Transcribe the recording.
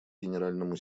генеральному